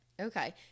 Okay